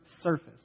surface